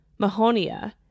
mahonia